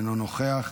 אינו נוכח.